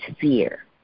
fear